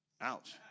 Ouch